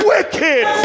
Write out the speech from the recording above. Wicked